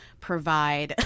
provide